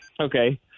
Okay